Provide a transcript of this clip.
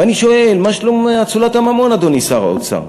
ואני שואל: מה שלום אצולת הממון, אדוני שר האוצר?